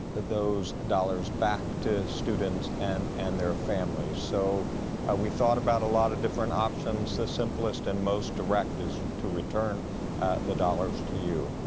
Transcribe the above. those dollars back to students and and their families. so we thought about a lot of different options, the simplest and most direct is to return the dollars to you.